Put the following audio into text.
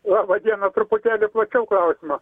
labą dieną truputėlį plačiau klausimas